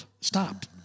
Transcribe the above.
Stop